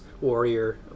warrior